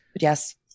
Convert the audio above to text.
yes